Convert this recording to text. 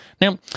Now